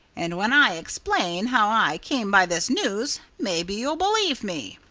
and when i explain how i came by this news, maybe you'll believe me.